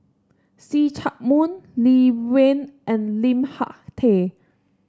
See Chak Mun Lee Wen and Lim Hak Tai